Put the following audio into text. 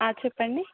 ఆ చెప్పండి